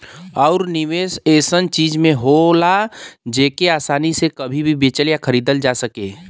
आउर निवेस ऐसन चीज में होला जेके आसानी से कभी भी बेचल या खरीदल जा सके